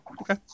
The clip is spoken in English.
Okay